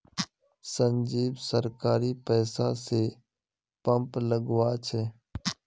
संजीव सरकारी पैसा स पंप लगवा छ